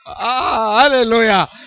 hallelujah